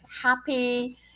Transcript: happy